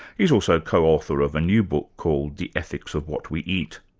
he's also co-author of a new book called the ethics of what we eat.